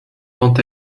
quant